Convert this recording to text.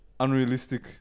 Unrealistic